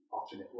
alternate